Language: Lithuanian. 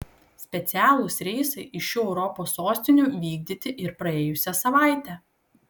specialūs reisai iš šių europos sostinių vykdyti ir praėjusią savaitę